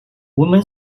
women